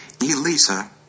Elisa